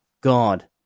God